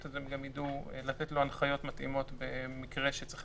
הן יהיו מכוח סעיף 8